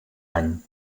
any